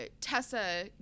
Tessa